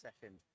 second